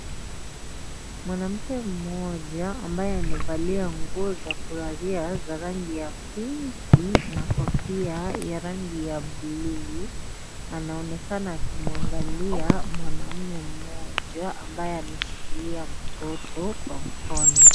Mwanamke mmoja, ambaye amevalia nguo za kulalia za rangi ya pinki na kofia ya rangi ya buluu, anaonekana akimwangalia mwanaume mmoja, ambaye ameshikilia mtoto kwa mkono.